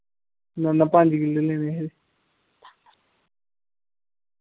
ना ना पंज किल्लो लेने हे